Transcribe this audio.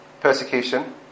persecution